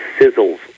sizzles